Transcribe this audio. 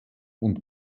und